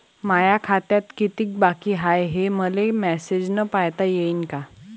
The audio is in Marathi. माया खात्यात कितीक बाकी हाय, हे मले मेसेजन पायता येईन का?